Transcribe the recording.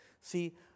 See